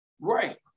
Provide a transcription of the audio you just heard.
Right